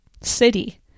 city